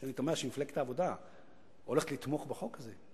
שאני תמה שמפלגת העבודה הולכת לתמוך בחוק הזה.